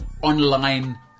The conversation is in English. online